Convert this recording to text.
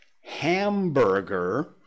hamburger